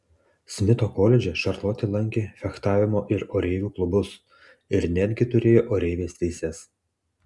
smito koledže šarlotė lankė fechtavimo ir oreivių klubus ir netgi turėjo oreivės teises